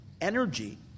energy